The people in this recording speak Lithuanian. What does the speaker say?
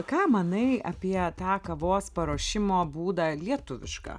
ką manai apie tą kavos paruošimo būdą lietuvišką